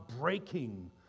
breaking